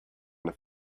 have